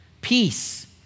Peace